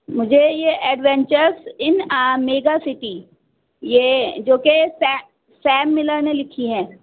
مجھے یہ adventures in a megacity یہ جو کہ سیم ملر نے لکھی ہے